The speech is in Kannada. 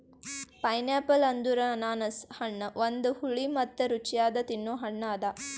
ಪೈನ್ಯಾಪಲ್ ಅಂದುರ್ ಅನಾನಸ್ ಹಣ್ಣ ಒಂದು ಹುಳಿ ಮತ್ತ ರುಚಿಯಾದ ತಿನ್ನೊ ಹಣ್ಣ ಅದಾ